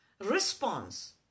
response